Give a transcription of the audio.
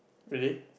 really